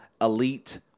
elite